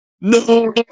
no